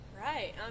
Right